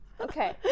Okay